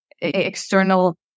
external